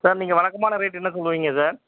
sir நீங்கள் வழக்கமான rate என்ன சொல்லுவீங்க சார்